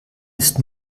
ist